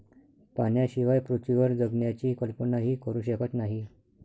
पाण्याशिवाय पृथ्वीवर जगण्याची कल्पनाही करू शकत नाही